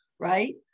right